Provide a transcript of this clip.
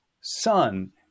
son